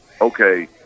okay